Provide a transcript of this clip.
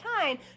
time